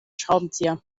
schraubenzieher